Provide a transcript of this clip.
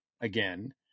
again